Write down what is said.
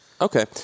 Okay